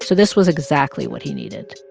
so this was exactly what he needed.